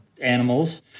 animals